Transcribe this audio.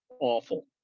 awful